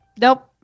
Nope